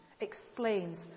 explains